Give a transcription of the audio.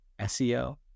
SEO